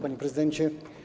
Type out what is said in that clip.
Panie Prezydencie!